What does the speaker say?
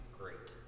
great